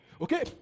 Okay